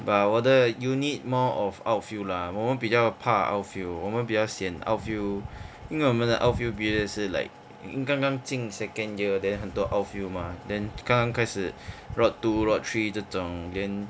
but 我的 unit more of outfield lah 我们比较怕 outfield 我们比较 sian outfield 因为我们的 outfield period 是 like 因为刚刚进 second year then 很多 outfield mah then 刚刚开始 rot two rot three 这种 then